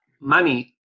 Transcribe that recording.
money